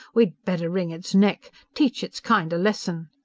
we'd better wring its neck! teach its kind a lesson